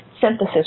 synthesis